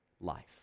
life